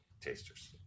Taster's